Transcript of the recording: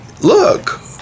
look